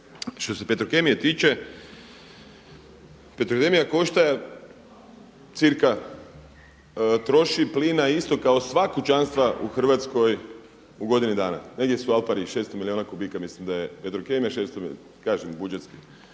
što se Petrokemije tiče, Petrokemija košta cirka troši plina isto kao sva kućanstva u Hrvatskoj u godini dana, negdje su al pari, 600 milijuna kubika mislim da je Petrokemija, 600 kažem budžetski.